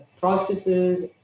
processes